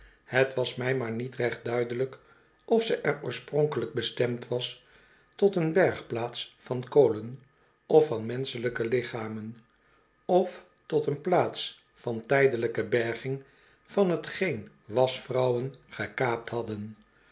bet was mij maar niet recht duidelijk of ze er oorspronkelijk bestemd was tot een bergplaats van kolen of van menschelijke lichamen of tot een plaats van tijdelijke berging van t geen wasch vrouwen gekaapt hadden